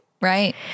Right